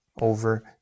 over